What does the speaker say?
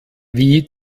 wie